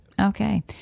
Okay